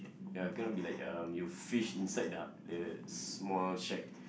ya cannot be like um you fish inside the the small shack